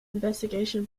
investigation